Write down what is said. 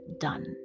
done